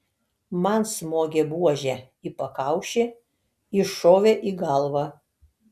man smogė buože į pakaušį iššovė į galvą